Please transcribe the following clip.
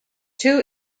two